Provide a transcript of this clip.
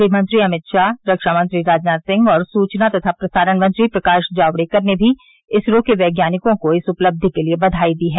गृहमंत्री अमित शाह रक्षामंत्री राजनाथ सिंह और सूचना तथा प्रसारण मंत्री प्रकाश जाकड़ेकर ने भी इसरों के वैज्ञानिकों को इस उपलब्धि के लिए बधाई दी है